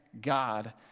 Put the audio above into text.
God